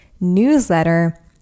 newsletter